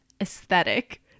aesthetic